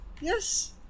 Yes